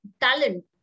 talent